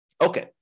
Okay